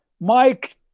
Mike